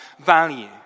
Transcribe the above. value